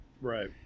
right